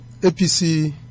APC